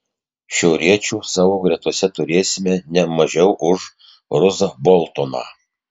šiauriečių savo gretose turėsime ne mažiau už ruzą boltoną